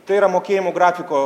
tai yra mokėjimų grafiko